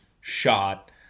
shot